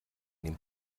nehmt